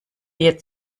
ihr